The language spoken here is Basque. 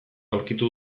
aurkitu